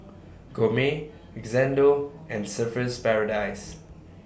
Gourmet Xndo and Surfer's Paradise